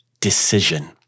decision